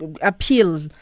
appeal